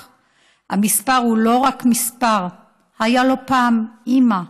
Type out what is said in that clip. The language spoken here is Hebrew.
/ המספר הוא לא רק מספר / היו לו פעם אימא,